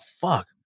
fuck